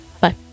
Bye